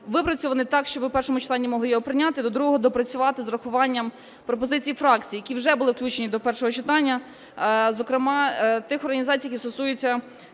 випрацьований так, щоб ви в першому читанні могли його прийняти, до другого доопрацювати з урахуванням пропозицій фракцій, які вже були включені до першого читання, зокрема тих організацій, які стосуються